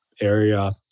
area